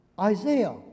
Isaiah